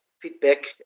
feedback